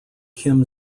kim